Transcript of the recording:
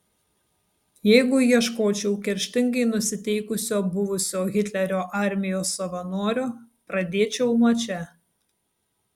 jeigu ieškočiau kerštingai nusiteikusio buvusio hitlerio armijos savanorio pradėčiau nuo čia